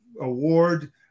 award